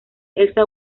elsa